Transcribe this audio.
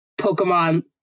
Pokemon